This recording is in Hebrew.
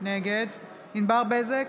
נגד ענבר בזק,